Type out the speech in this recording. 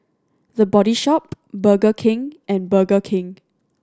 The Body Shop Burger King and Burger King